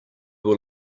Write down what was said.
were